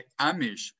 Amish